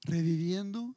Reviviendo